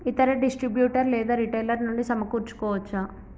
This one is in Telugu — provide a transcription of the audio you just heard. ఇతర డిస్ట్రిబ్యూటర్ లేదా రిటైలర్ నుండి సమకూర్చుకోవచ్చా?